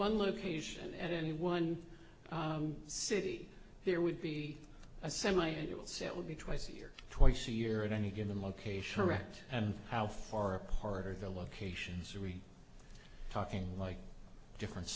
one location at any one city there would be a semiannual so it would be twice a year twice a year at any given location erect and how far apart are the locations are we talking like different